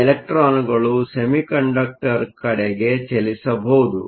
ಈ ಇಲೆಕ್ಟ್ರಾನ್ಗಳು ಸೆಮಿಕಂಡಕ್ಟರ್ ಕಡೆಗೆ ಚಲಿಸಬಹುದು